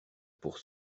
pour